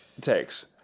takes